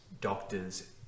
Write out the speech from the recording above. doctors